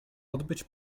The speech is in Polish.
odbyć